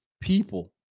people